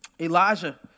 Elijah